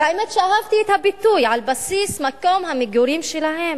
האמת שאהבתי את הביטוי: "על בסיס מקום המגורים שלהם".